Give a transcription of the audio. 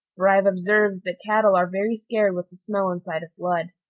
for i've observed that cattle are very scared with the smell and sight of blood.